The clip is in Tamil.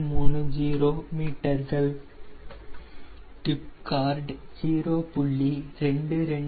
330 மீட்டர்கள் டிப் கார்டு 0